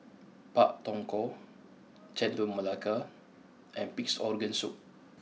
Pak Thong Ko Chendol Melaka and Pig'S Organ Soup